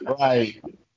Right